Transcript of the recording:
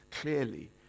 clearly